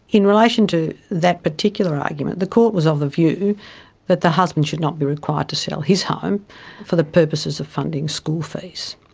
in relation to that particular argument, the court was of the view that the husband should not be required to sell his home for the purposes of funding school fees.